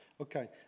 Okay